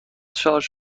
شارژ